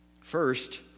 first